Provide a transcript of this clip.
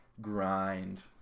grind